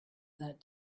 that